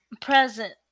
Present